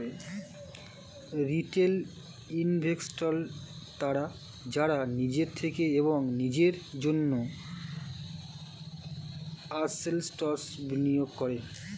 retail investors তারা যারা নিজের থেকে এবং নিজের জন্য অ্যাসেট্স্ বিনিয়োগ করে